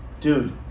Dude